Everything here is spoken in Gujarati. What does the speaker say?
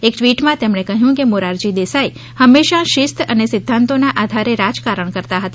એક ટવીટમાં તેમણે કહ્યું કે મોરારજી દેસાઇ હંમેશા શિસ્ત અને સિધ્ધાંતોના આધારે રાજકારણ કરતા હતા